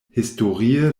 historie